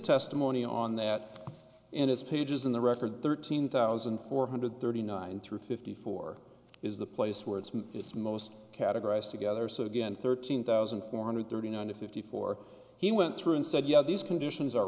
testimony on that and its pages in the record thirteen thousand four hundred thirty nine through fifty four is the place where it's made its most categorized together so again thirteen thousand four hundred thirty nine to fifty four he went through and said yeah these conditions are